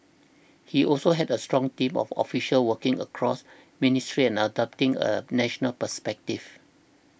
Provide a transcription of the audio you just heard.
he also had a strong team of officials working across ministries and adopting a national perspective